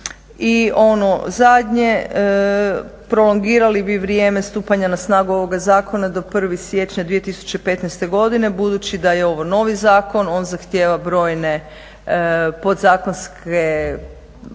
I ono zadnje prolongirali bi vrijeme stupanja na snagu ovoga zakona do 1. siječnja 2015. godine budući da je ovo novi zakon. On zahtijeva brojne podzakonska